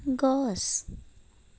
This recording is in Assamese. গছ